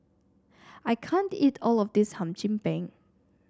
I can't eat all of this Hum Chim Peng